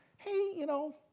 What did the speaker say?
hey, you know,